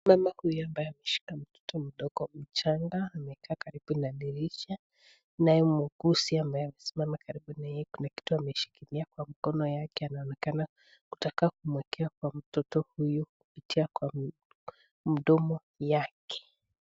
Mama huyu ambaye ameshika mtoto mdogo mchanga amekaa karibu na dirisha naye muuguzi amesimama karibu na yeye kuna kitu ameshikilia kwa mkono yake anaonekana kutaka kumwekea mtoto huyu kupitia kwa mdomo yake.